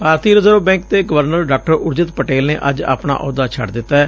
ਭਾਰਤੀ Reserve Bank ਦੇ governor ਡਾ ਉਰਜਿਤ ਪਟੇਲ ਨੇ ਅੱਜ ਆਪਣਾ ਅਹੁਦਾ ਛੱਡ ਦਿਂਤੈ